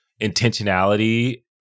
intentionality